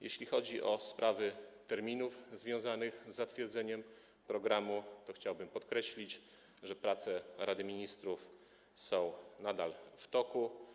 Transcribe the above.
Jeśli chodzi o sprawy terminów związanych z zatwierdzeniem programu, to chciałbym podkreślić, że prace Rady Ministrów są nadal w toku.